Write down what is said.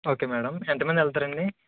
okay madam ఎంత మంది వెళ్తారండీ